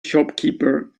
shopkeeper